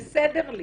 בסדר לי.